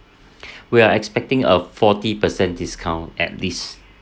we're expecting a forty percent discount at least